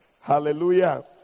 Hallelujah